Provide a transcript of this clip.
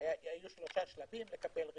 היו שלושה שלבים: לקבל רשיון,